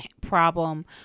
problem